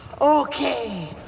Okay